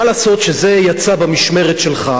מה לעשות שזה יצא במשמרת שלך,